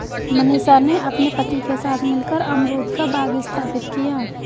मनीषा ने अपने पति के साथ मिलकर अमरूद का बाग स्थापित किया